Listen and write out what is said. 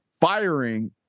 firing